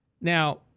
Now